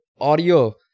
audio